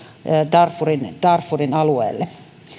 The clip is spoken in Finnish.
darfurin darfurin alueelle